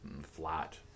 flat